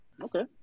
Okay